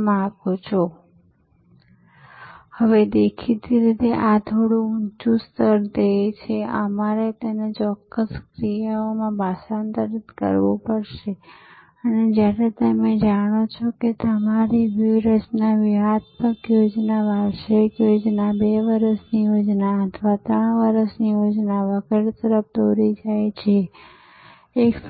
યોગ્ય ડબ્બા ઉપાડવામાં આવે છે ટિફિન બોક્સ ટિફિન વાહક ઘરેથી લેવામાં આવે છે અને યોગ્ય ગ્રાહકને યોગ્ય ટેબલ પર યોગ્ય ઓફિસમાં અદ્ભુત ચોકસાઇ સાથે પહોંચાડવામાં આવે છે અને દરરોજ તેઓ પાછલા દિવસનું ખાલી ટિફિન બોક્સ પહોંચાડે છે અને તાજા લોડ કરેલા ટિફિન બોક્સને ઉપાડે છે 75 કિલોમીટર જાહેર પરિવહન મુખ્યત્વે બોમ્બેની ઉપનગરીય રેલવે પધ્ધતિ લગભગ ખોરાક રેખા